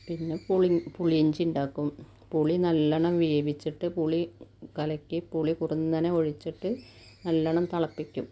പിന്നെ പുളി പുളി ഇഞ്ചിയുണ്ടാക്കും പുളി നല്ലോണം വേവിച്ചിട്ട് പുളി കലക്കി പുളി കുറുങ്ങനെ ഒഴിച്ചിട്ട് നല്ലോണം തിളപ്പിക്കും